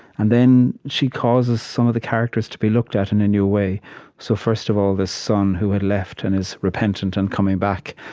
and then she causes some of the characters to be looked at in a new way so, first of all, this son who had left and is repentant and coming back.